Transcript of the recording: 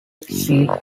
seal